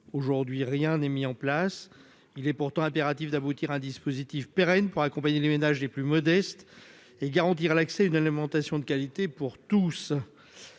aujourd'hui, rien n'est mis en place. Il est pourtant impératif d'aboutir à un dispositif pérenne pour accompagner les ménages les plus modestes et garantir l'accès à une alimentation de qualité pour tous.